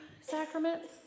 sacraments